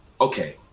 okay